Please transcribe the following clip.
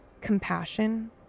compassion